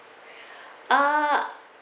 uh